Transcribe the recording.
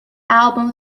album